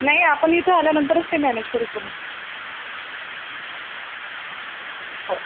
नाही आपण इथं आल्यानंतरच ते मॅनेज करू पूर्ण हो